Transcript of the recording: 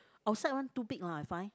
outside one too big lah I find